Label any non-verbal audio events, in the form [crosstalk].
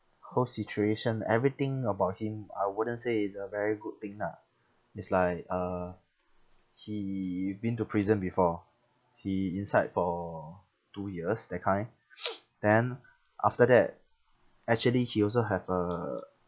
whole situation everything about him I wouldn't say it's a very good thing lah it's like uh he been to prison before he inside for two years that kind [noise] then after that actually he also have a